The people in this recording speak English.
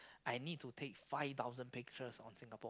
I need to take five thousand pictures on Singapore